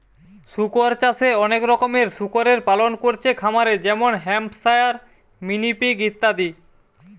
শুকর চাষে অনেক রকমের শুকরের পালন কোরছে খামারে যেমন হ্যাম্পশায়ার, মিনি পিগ ইত্যাদি